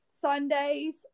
Sundays